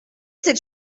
cette